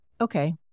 Okay